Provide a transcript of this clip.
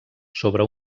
sobre